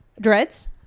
dreads